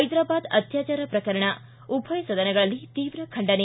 ಹೈದ್ರಾರಾಬ್ ಅತ್ಲಚಾರ ಪ್ರಕರಣ ಉಭಯ ಸದನಗಳಲ್ಲಿ ತೀವ್ರ ಖಂಡನೆ